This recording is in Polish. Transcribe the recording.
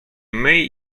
myj